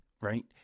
Right